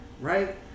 right